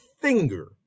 finger